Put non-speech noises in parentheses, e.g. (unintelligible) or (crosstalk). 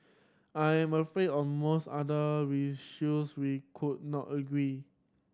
I am afraid on most other (unintelligible) we could not agree